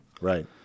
Right